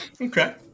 Okay